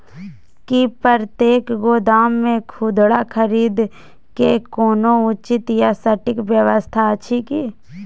की प्रतेक गोदाम मे खुदरा खरीद के कोनो उचित आ सटिक व्यवस्था अछि की?